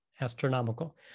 astronomical